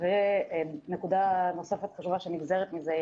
נקודה נוספת חשובה שנגזרת מזה היא